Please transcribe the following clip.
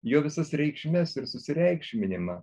jo visas reikšmes ir susireikšminimą